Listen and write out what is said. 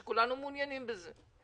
שכולנו מעוניינים בזה,